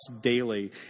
daily